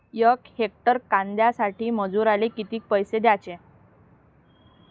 यक हेक्टर कांद्यासाठी मजूराले किती पैसे द्याचे?